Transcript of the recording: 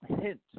hint